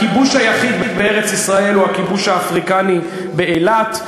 הכיבוש היחיד בארץ-ישראל הוא הכיבוש האפריקני באילת,